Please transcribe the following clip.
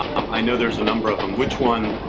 um i know there's a number of them which one.